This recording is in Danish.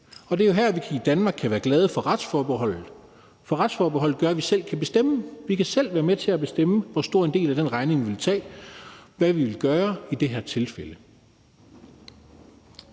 Det er jo her, vi i Danmark kan være glade for retsforbeholdet, for retsforbeholdet gør, at vi selv kan bestemme. Vi kan selv være med til at bestemme, hvor stor en del af den regning vi vil tage, og hvad vi vil gøre i det her tilfælde.